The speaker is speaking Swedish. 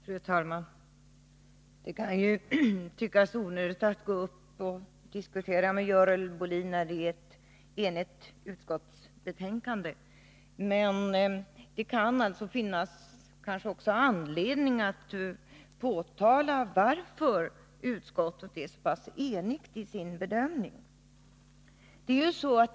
Fru talman! Det kan ju tyckas onödigt att gå upp och diskutera med Görel Bohlin när det är ett enigt utskottsbetänkande, men det kan kanske finnas anledning att också framhålla orsakerna till att utskottet är så pass enigt i sin bedömning.